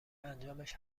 انجامش